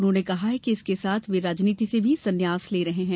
उन्होंने कहा कि इसके साथ वे राजनीति से भी सन्यास ले रहे हैं